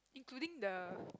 including the